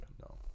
No